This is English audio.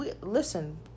Listen